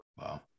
Wow